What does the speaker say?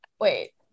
Wait